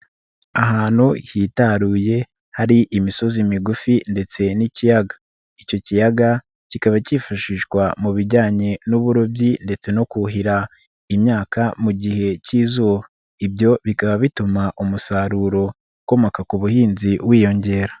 Ahantu hitaruye, hari imisozi migufi ndetse n'ikiyaga, icyo kiyaga kikaba cyifashishwa mu bijyanye n'uburobyi ndetse no kuhira imyaka mu gihe cy'izuba, ibyo bikaba bituma umusaruro ukomoka ku buhinzi wiyongera.